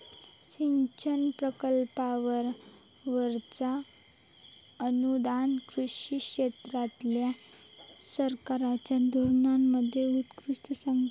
सिंचन प्रकल्पांवरचा अनुदान कृषी क्षेत्रातल्या सरकारच्या धोरणांमध्ये उत्कृष्टता सांगता